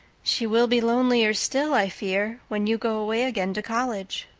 she will be lonelier still, i fear, when you go away again to college,